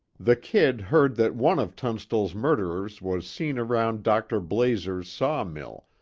the kid heard that one of tunstall's murderers was seen around dr. blazer's saw mill,